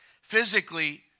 Physically